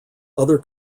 other